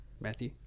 Matthew